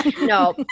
No